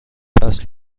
فصل